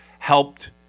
helped